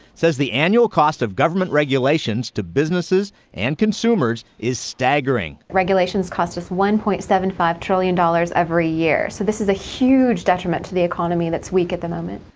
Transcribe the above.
says the annual cost of government regulations to businesses and consumers is staggering. regulations cost us one point seven five trillion dollars every year. so this is a huge detriment to the economy that's weak at the moment.